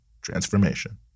transformation